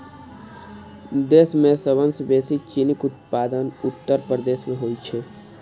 देश मे सबसं बेसी चीनीक उत्पादन उत्तर प्रदेश मे होइ छै